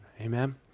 Amen